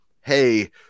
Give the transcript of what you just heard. hey